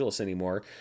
Anymore